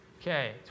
Okay